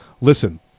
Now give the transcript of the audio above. listen